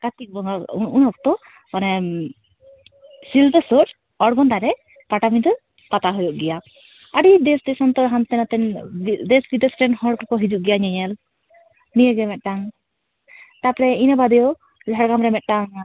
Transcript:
ᱠᱟᱨᱛᱤᱠ ᱵᱚᱸᱜᱟ ᱩᱱ ᱚᱠᱛᱚ ᱢᱟᱱᱮ ᱥᱤᱞᱫᱟᱹ ᱥᱩᱨ ᱳᱲᱜᱚᱸᱫᱟ ᱨᱮ ᱯᱟᱴᱟᱵᱤᱸᱫᱷᱟᱹ ᱯᱟᱛᱟ ᱦᱩᱭᱩᱜ ᱜᱮᱭᱟ ᱟᱹᱰᱤ ᱫᱮᱥ ᱫᱤᱥᱚᱢ ᱠᱷᱚᱱ ᱦᱟᱱᱛᱮ ᱱᱟᱛᱮ ᱨᱮᱱ ᱫᱮᱥ ᱵᱤᱫᱮᱥ ᱨᱚᱱ ᱦᱚᱲ ᱠᱚ ᱦᱤᱡᱩᱜ ᱜᱮᱭᱟ ᱧᱮᱧᱮᱞ ᱱᱤᱭᱟᱹᱜᱮ ᱢᱤᱫᱴᱟᱝ ᱛᱟᱯᱚᱨᱮ ᱤᱱᱟᱹ ᱵᱟᱫᱮ ᱡᱷᱟᱲᱜᱨᱟᱢ ᱨᱮ ᱢᱮᱫᱴᱟᱝ